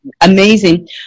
amazing